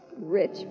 Rich